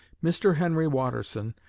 mr. henry watterson,